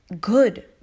Good